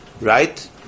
right